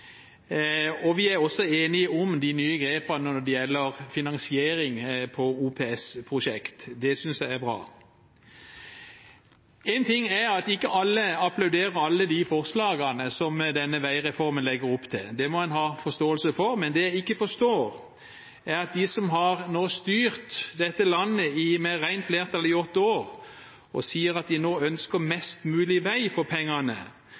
Og vi er også enige om de nye grepene når det gjelder finansiering av OPS-prosjekt. Det synes jeg er bra. Én ting er at ikke alle applauderer alle de forslagene som denne veireformen legger opp til, det må man ha forståelse for. Det jeg ikke forstår, er at de som har styrt dette landet med rent flertall i åtte år, og som sier at de nå ønsker mest mulig vei for pengene,